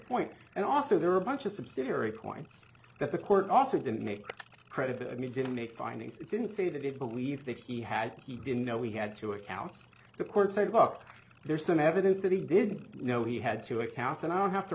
point and also there are a bunch of subsidiary points that the court also didn't make credit i mean didn't make findings it didn't say that it believed that he had he been no we had two accounts the court said buck there's some evidence that he didn't know he had two accounts and i don't have to